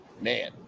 man